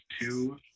two